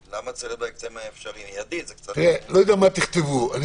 אתם אומרים שאתם מעבירים את זה ל-VC ואחרינו